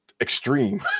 extreme